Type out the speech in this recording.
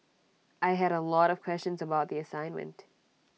I had A lot of questions about the assignment